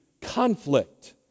conflict